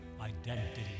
Identity